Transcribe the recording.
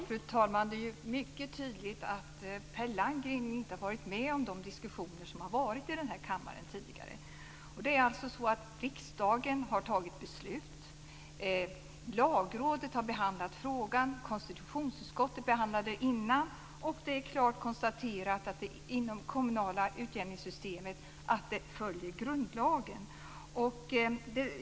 Fru talman! Det är mycket tydligt att Per Landgren inte har varit med om de diskussioner som tidigare varit i denna kammare. Det är alltså så att riksdagen har tagit beslut. Lagrådet har behandlat frågan. Konstitutionsutskottet har dessförinnan behandlat detta. Det är klart konstaterat att det inomkommunala utjämningssystemet följer grundlagen.